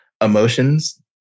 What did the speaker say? emotions